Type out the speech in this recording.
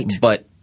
But-